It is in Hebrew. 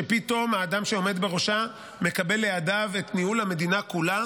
שפתאום האדם שעומד בראשה מקבל לידיו את ניהול המדינה כולה,